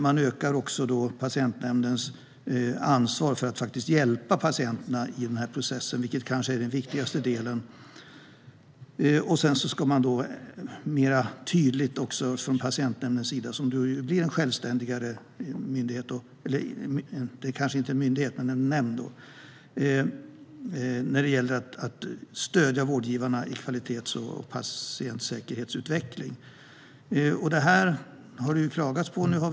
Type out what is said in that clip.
Man ökar patientnämndens ansvar för att hjälpa patienterna i processen, vilket kanske är den viktigaste delen. Patientnämnden, som blir självständigare, ska också mer tydligt stödja vårdgivarna i fråga om kvalitets och patientsäkerhetsutveckling. Det har klagats på detta.